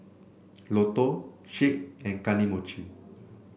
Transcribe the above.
Lotto Schick and Kane Mochi